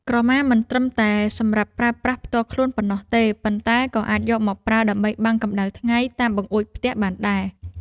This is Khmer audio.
ក្រមាមិនត្រឹមតែសម្រាប់ប្រើប្រាស់ផ្ទាល់ខ្លួនប៉ុណ្ណោះទេប៉ុន្តែក៏អាចយកមកប្រើដើម្បីបាំងកម្តៅថ្ងៃតាមបង្អួចផ្ទះបានផងដែរ។